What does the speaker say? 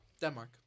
Denmark